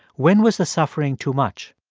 when was the suffering too much?